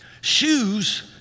shoes